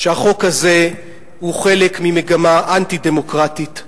שהחוק הזה הוא חלק ממגמה אנטי-דמוקרטית,